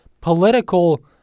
political